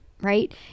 Right